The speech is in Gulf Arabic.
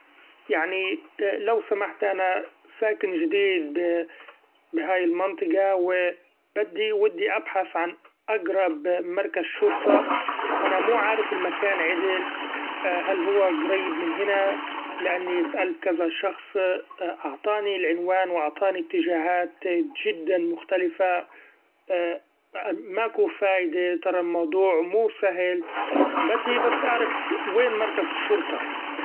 يعني لو سمحت أنا ساكن جديد بهاي المنطقي بدي ودي ابحث عن أقرب مركز شرطة ، أنا مو عارف المكان عدل هل هو قريب من هنا لأني سألت كذا شخص أعطاني العنوان وأعطاني اتجاهات جدا مختلفة ماكو فايدي ترا الموضوع مو سهل.